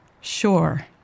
Sure